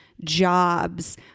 jobs